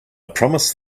promised